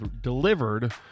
delivered